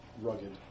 rugged